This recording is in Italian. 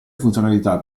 funzionalità